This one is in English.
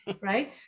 right